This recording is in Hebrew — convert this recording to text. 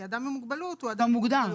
כי אדם עם מוגבלות הוא אדם עם מוגבלות.